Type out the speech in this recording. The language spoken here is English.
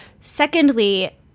Secondly